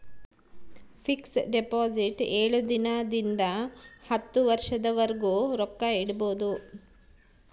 fix deposit ಏಳು ದಿನ ಇಂದ ಹತ್ತು ವರ್ಷದ ವರ್ಗು ರೊಕ್ಕ ಇಡ್ಬೊದು